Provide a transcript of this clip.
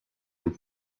les